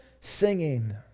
singing